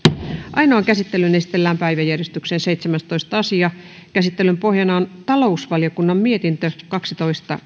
ainoaan käsittelyyn esitellään päiväjärjestyksen seitsemästoista asia käsittelyn pohjana on talousvaliokunnan mietintö kaksitoista